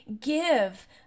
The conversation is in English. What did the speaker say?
give